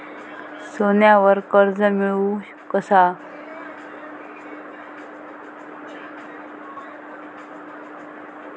सोन्यावर कर्ज मिळवू कसा?